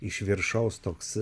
iš viršaus toks